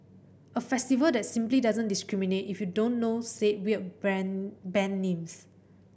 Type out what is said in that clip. a festival that simply doesn't discriminate if you don't know said weird brand band names